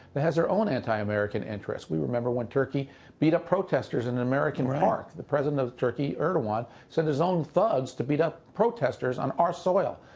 they have their own anti-american interests. we remember when turkey beat up protesters in an american park. the president of turkey, erdogan, sent his own thugs to beat up protesters on our soil.